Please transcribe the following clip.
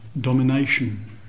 domination